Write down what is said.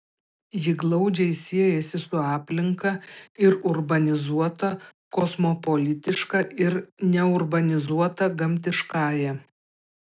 ji glaudžiai siejasi su aplinka ir urbanizuota kosmopolitiška ir neurbanizuota gamtiškąja